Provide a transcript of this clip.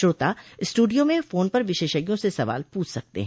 श्रोता स्ट्रिडियो में फोन कर विशेषज्ञों से सवाल पूछ सकते हैं